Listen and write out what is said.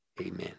Amen